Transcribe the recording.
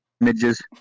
Images